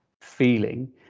feeling